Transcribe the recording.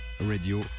Radio